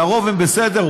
לרוב הן בסדר,